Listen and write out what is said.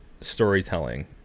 storytelling